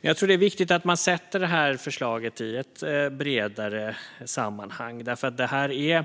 Jag tror dock att det är viktigt att man sätter det här förslaget i ett bredare sammanhang. Detta är nämligen